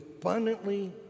abundantly